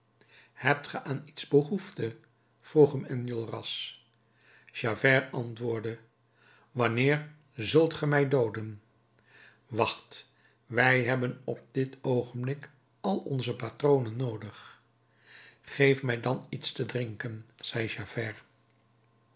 hebt ge aan iets behoefte vroeg hem enjolras javert antwoordde wanneer zult ge mij dooden wacht wij hebben op dit oogenblik al onze patronen noodig geef mij dan iets te drinken zei javert